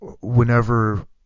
Whenever